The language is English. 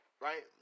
right